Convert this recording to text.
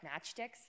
matchsticks